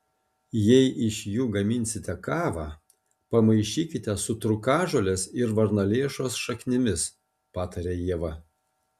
jei iš jų gaminsite kavą pamaišykite su trūkažolės ir varnalėšos šaknimis pataria ieva